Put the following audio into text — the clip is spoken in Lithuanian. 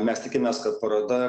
mes tikimės kad paroda